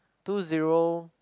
two zero